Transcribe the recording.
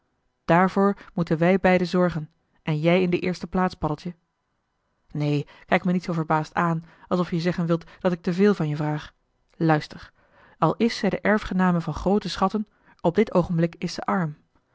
dààrvoor moeten wij beiden zorgen en jij in de eerste plaats paddeltje neen kijk me niet zoo verbaasd aan alsof je zeggen wilt dat ik te veel van je vraag luister al is zij de erfgename van groote schatten op dit oogenblik is ze arm